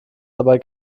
dabei